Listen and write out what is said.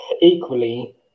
equally